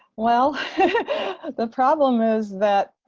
well the problem is that